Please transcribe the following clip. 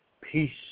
peace